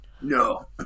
No